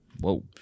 Whoa